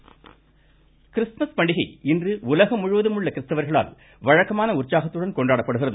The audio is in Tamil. கிறிஸ்துமஸ் கிறிஸ்துமஸ் பண்டிகை இன்று உலகம் முழுவதுமுள்ள கிறிஸ்தவர்களால் வழக்கமான உற்சாகத்துடன் கொண்டாடப்படுகிறது